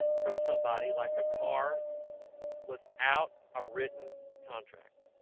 from somebody like a car without a written contract